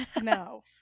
No